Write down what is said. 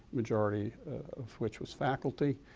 majority of which was faculty.